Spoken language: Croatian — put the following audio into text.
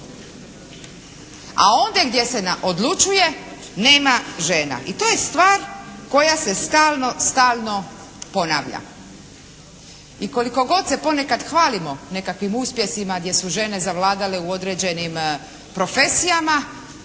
A ondje gdje se odlučuje nema žena. I to je stvar koja se stalno, stalno ponavlja. I koliko god se ponekad hvalimo nekakvim uspjesima gdje su žene zavladale u određenim profesijama